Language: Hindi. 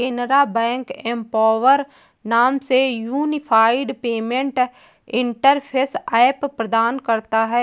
केनरा बैंक एम्पॉवर नाम से यूनिफाइड पेमेंट इंटरफेस ऐप प्रदान करता हैं